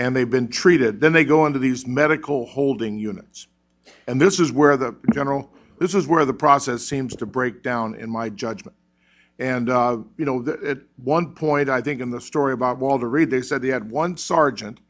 and they've been treated then they go into these medical holding units and this is where the general this is where the process seems to breakdown in my judgment and you know the one point i think in the story about walter reed they said they had one sergeant